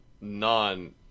non